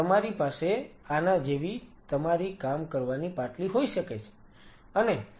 તમારી પાસે આના જેવી તમારી કામ કરવાની પાટલી હોઈ શકે છે